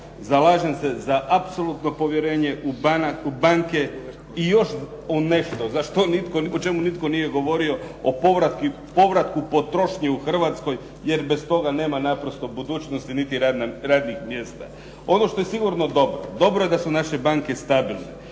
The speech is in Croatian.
Zalažem se za apsolutno povjerenje u banke i još u nešto o čemu nitko nije govorio, o povratku potrošnje u Hrvatskoj jer bez toga nema naprosto budućnosti niti radnih mjesta. Ono što je sigurno dobro, dobro je da su naše banke stabilne.